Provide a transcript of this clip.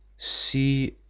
see,